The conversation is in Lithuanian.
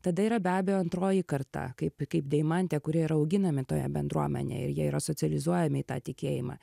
tada yra be abejo antroji karta kaip kaip deimantė kurie yra auginami toje bendruomenėje ir jie yra socializuojami į tą tikėjimą